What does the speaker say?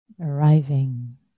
Arriving